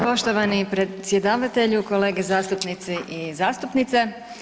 Poštovani predsjedavatelju, kolege zastupnici i zastupnice.